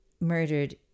murdered